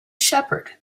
shepherd